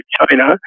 China